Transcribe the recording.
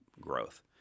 growth